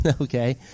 okay